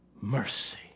mercy